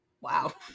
wow